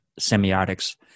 semiotics